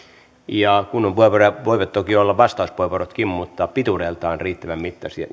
kunnon puheenvuoroja voivat toki olla vastauspuheenvuorotkin mutta pituudeltaan riittävän mittaisia